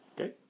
Okay